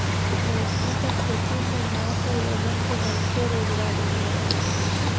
मोती क खेती से गांव के लोगन के बहुते रोजगार मिल जाला